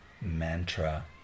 mantra